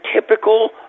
typical